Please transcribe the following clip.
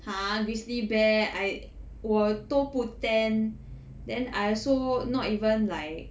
!huh! grizzly bear I 我都不 tanned then I also not even like